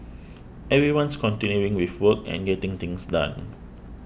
everyone's continuing with work and getting things done